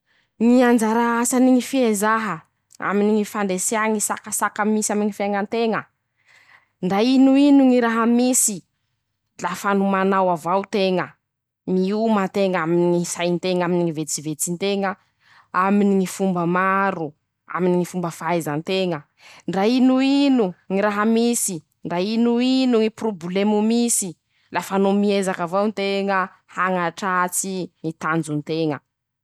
Ñy anjara asany ñy fiezaha aminy ñy fandresea ñy sakasaka misy aminy fiaiña nteña, ndra inoino ñy raha misy, lafa no manao avao teña, mioma teña aminy ñy say nteña, aminy ñy vetsevetsy nteña, aminy Ñy fomba maro, aminy Ñy fomba fahaiza nteña, ndra inoino ñy raha misy, ndra inoino ñy porobolemy misy, lafa no miezaky avao nteña hañatratsy ñy tanjonteña.